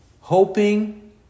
hoping